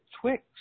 Twix